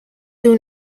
two